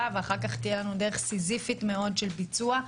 ואחר כך תהיה לנו דרך סיזיפית מאוד של ביצוע.